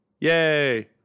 Yay